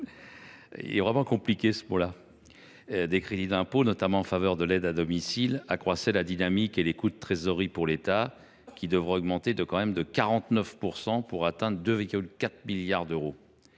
quel mot compliqué !– des crédits d’impôt, notamment en faveur de l’aide à domicile, a accru la dynamique et les coûts de trésorerie pour l’État, qui devraient augmenter de 49 % pour atteindre 2,4 milliards d’euros.